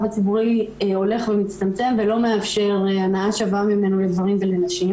הציבורי הולך ומצטמצם ולא מאפשר הנאה שווה ממנו לגברים ולנשים,